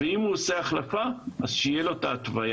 אם הוא עושה החלפה, שתהיה לו התוויה.